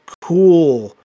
cool